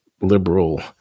liberal